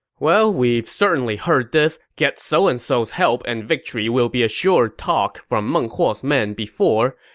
well, we've certainly heard this get so-and-so's help and victory will be assured talk from meng huo's men before,